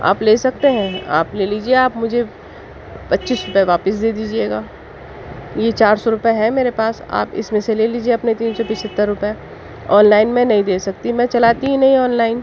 آپ لے سکتے ہیں آپ لے لیجیے آپ مجھے پچیس روپے واپس دے دیجیے گا یہ چار سو روپے ہے میرے پاس آپ اس میں سے لے لیجیے اپنے تین سو پچہتر روپے آن لائن میں نہیں دے سکتی میں چلاتی ہی نہیں آن لائن